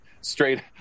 straight